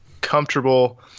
comfortable